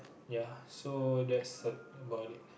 ya so that's about it